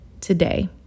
today